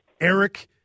eric